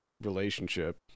relationship